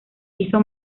hizo